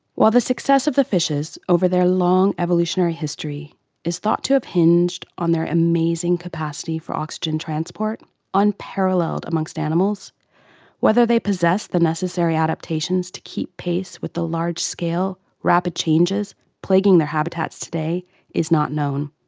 while the success of the fishes over their long evolutionary history is thought to have hinged on their amazing capacity for oxygen transport unparalleled amongst animals whether they possess the necessary adaptations to keep pace with the large-scale, rapid changes plaguing their habitats today is not known.